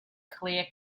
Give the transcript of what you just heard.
clear